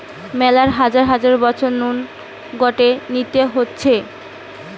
মেলা হাজার হাজার বছর নু গটে নীতি হতিছে